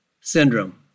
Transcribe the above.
syndrome